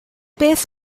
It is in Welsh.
beth